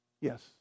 Yes